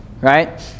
Right